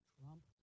Trump